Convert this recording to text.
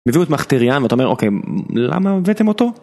הם הביאו את מחטריין ואתה אומר, אוקיי, למה הבאתם אותו?